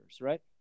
right